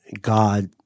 God